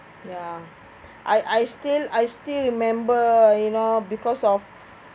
ya I I still I still remember you know because of